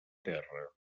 terra